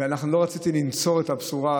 לא רציתי לנצור את הבשורה,